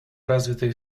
развитые